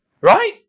right